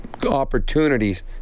opportunities